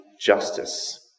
justice